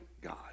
God